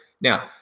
now